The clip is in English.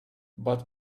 but